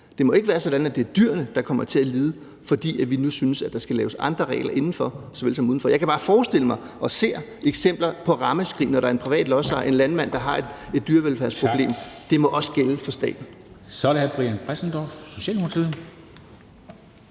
Det må ikke være sådan, at det er dyrene, der kommer til at lide, fordi vi nu synes, der skal laves andre regler indenfor såvel som udenfor. Jeg kan bare forestille mig og ser eksempler på ramaskrig, når der en privat lodsejer, en landmand, der har et dyrevelfærdsproblem. Det må også gælde for staten. Kl. 11:01 Formanden (Henrik